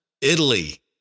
Italy